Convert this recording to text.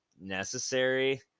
necessary